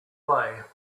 way